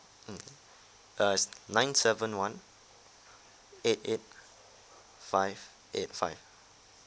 mm uh nine seven one eight eight five eight five